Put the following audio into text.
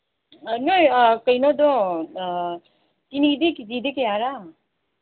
ꯅꯣꯏ ꯀꯩꯅꯣꯗꯣ ꯆꯤꯅꯤꯗꯤ ꯀꯦꯖꯤꯗ ꯀꯌꯥꯔꯥ